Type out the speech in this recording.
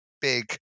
big